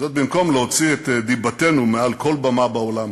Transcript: זאת במקום להוציא את דיבתנו מעל כל במה בעולם.